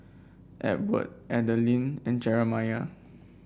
Edward Adalyn and Jeramiah